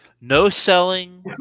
No-selling